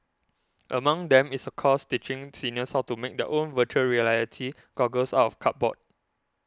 among them is a course teaching seniors how to make their own Virtual Reality goggles out of cardboard